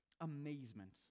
amazement